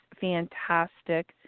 fantastic